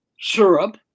syrup